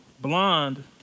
Blonde